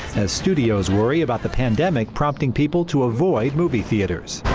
as studios worry about the pandemic prompting people to avoid movie theaters.